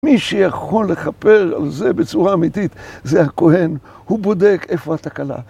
מי שיכול לכפר על זה בצורה אמיתית זה הכהן, הוא בודק איפה התקלה.